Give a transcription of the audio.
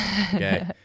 okay